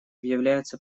является